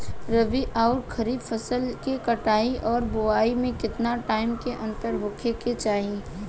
रबी आउर खरीफ फसल के कटाई और बोआई मे केतना टाइम के अंतर होखे के चाही?